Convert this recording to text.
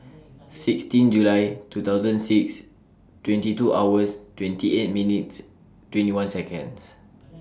sixteen July two thousand six twenty two hours twenty eight minutes twenty one Seconds